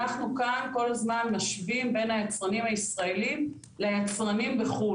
אנחנו כאן כל הזמן משווים בין היצרנים הישראליים ליצרנים בחו"ל,